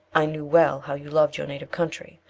i knew well how you loved your native country,